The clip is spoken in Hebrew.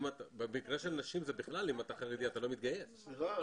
במקרה של נשים, אם היא חרדית, היא לא מתגייסת.